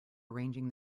arranging